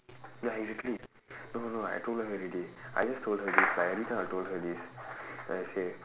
ya exactly no no no I told her already I just told her this like every time I'll told her this then I say